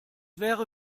wäre